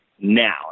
now